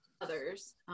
others